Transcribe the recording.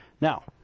Now